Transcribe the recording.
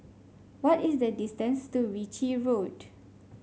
what is the distance to Ritchie Road